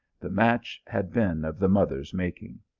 the match had been of the mother s making.